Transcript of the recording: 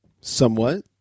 Somewhat